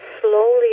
slowly